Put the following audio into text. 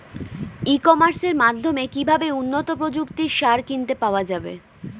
ই কমার্সের মাধ্যমে কিভাবে উন্নত প্রযুক্তির সার কিনতে পাওয়া যাবে?